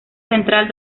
central